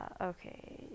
okay